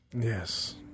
Yes